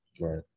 Right